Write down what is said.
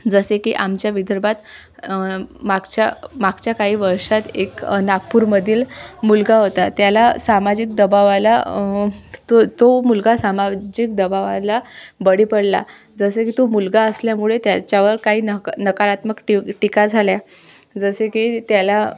जसे की आमच्या विदर्भात मागच्या मागच्या काही वर्षात एक नागपूरमधील मुलगा होता त्याला सामाजिक दबावाला तो तो मुलगा सामाजिक दबावाला बळी पडला जसे की तो मुलगा असल्यामुळे त्याच्यावर काही नक नकारात्मक टी टीका झाल्या जसे की त्याला